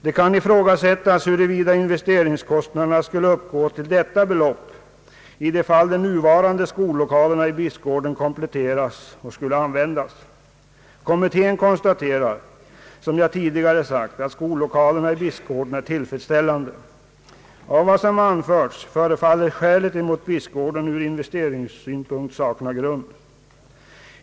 Det kan ifrågasättas huruvida investeringskostnaderna skulle uppgå till detta belopp i det fall de nuvarande skollokalerna i Bispgården kompletterades och skulle användas. Kommittén konstaterar, som jag tidigare sagt, att skollokalerna i Bispgården är tillfredsställande. Av vad som anförts förefaller skälen mot Bispgården ur investeringssynpunkt sakna grund.